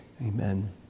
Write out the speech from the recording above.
Amen